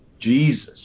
Jesus